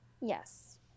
Yes